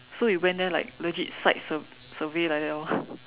so you went there like legit site sur~ survey like that lor